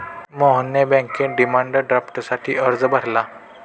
मोहनने बँकेत डिमांड ड्राफ्टसाठी अर्ज भरला